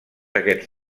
aquests